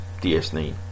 DS9